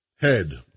head